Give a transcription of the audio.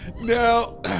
Now